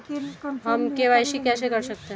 हम के.वाई.सी कैसे कर सकते हैं?